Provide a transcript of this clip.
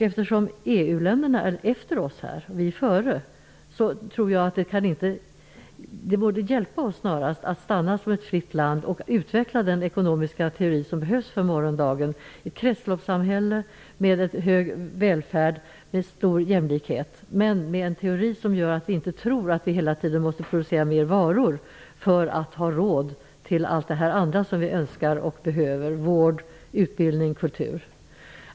Eftersom EU länderna är efter oss här och vi är före tror jag att det skulle hjälpa oss att stanna som ett fritt land och utveckla den ekonomiska teori som behövs för morgondagen. Det skall vara ett kretsloppssamhälle med hög välfärd och stor jämlikhet. Det behövs en teori som gör att vi inte tror att vi hela tiden måste producera mer varor för att ha råd till allt det andra vi önskar och behöver: vård, utbildning, kultur.